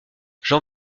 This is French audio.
jean